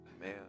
Man